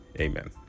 Amen